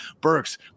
Burks